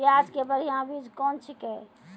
प्याज के बढ़िया बीज कौन छिकै?